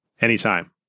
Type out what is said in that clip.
Anytime